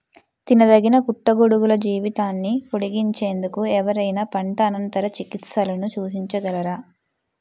తినదగిన పుట్టగొడుగుల జీవితాన్ని పొడిగించేందుకు ఎవరైనా పంట అనంతర చికిత్సలను సూచించగలరా?